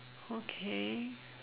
okay